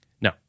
No